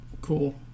cool